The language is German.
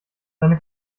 seine